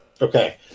Okay